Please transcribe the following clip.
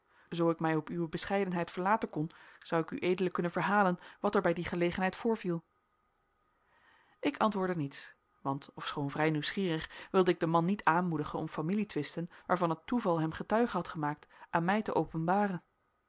zoo ik mij op uwe bescheidenheid verlaten kon zou ik ued kunnen verhalen wat er bij die gelegenheid voorviel ik antwoordde niets want ofschoon vrij nieuwsgierig wilde ik den man niet aanmoedigen om familietwisten waarvan het toeval hem getuige had gemaakt aan mij te openbaren